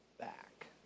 back